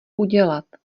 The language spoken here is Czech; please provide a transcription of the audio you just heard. udělat